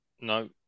No